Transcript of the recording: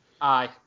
Aye